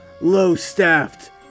low-staffed